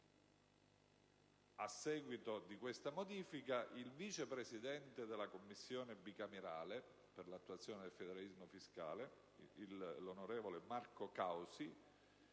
A seguito di tale modifica, il vice presidente della Commissione bicamerale per l'attuazione del federalismo fiscale, l'onorevole Marco Causi,